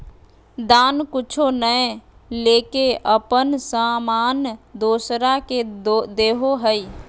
दान कुछु नय लेके अपन सामान दोसरा के देदो हइ